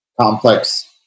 complex